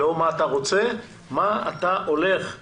לא מה אתה רוצה אלא מה אתה הולך לשנות